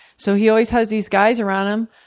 so he always has these guys around him,